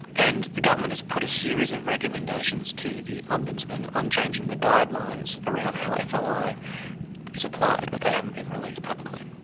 and the government has put a series of recommendations to the ombudsman on changing the guidelines around how foi is applied, but they haven't been released publicly.